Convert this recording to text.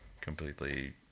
completely